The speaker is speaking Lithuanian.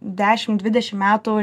dešim dvidešim metų